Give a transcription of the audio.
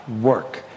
work